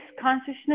consciousness